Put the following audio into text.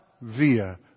via